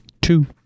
two